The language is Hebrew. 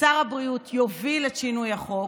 שר הבריאות יוביל את שינוי החוק,